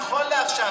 נכון לעכשיו,